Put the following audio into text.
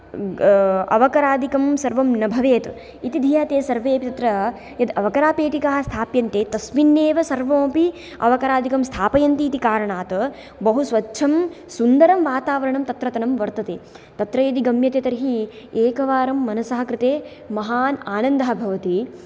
अवकरादिकं सर्वं न भवेत् इति धिया ते सर्वेपि तत्र यत् अवकरपेटिकाः स्थाप्यन्ते तस्मिन्नेव सर्वमपि अवकरादिकं स्थापयन्तीति कारणात् बहु स्वच्छं सुन्दरं वातावरणं तत्रतनं वर्तते तत्र यदि गम्यते तर्हि एकवारं मनसः कृते महान् आनन्दः भवति